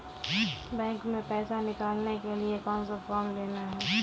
Bank में पैसा निकालने के लिए कौन सा फॉर्म लेना है?